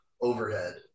overhead